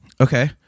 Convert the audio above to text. Okay